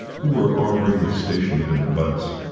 who were already stationed in the butts.